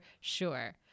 sure